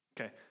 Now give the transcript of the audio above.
Okay